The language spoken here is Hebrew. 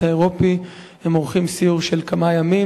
האירופי הם עורכים סיור של כמה ימים.